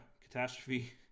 catastrophe